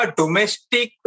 domestic